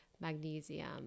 magnesium